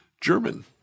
German